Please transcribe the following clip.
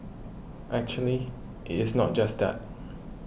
actually it is not just that